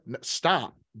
Stop